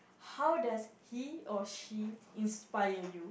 how does he or she inspire you